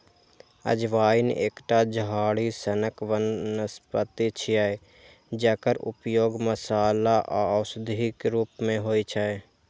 अजवाइन एकटा झाड़ी सनक वनस्पति छियै, जकर उपयोग मसाला आ औषधिक रूप मे होइ छै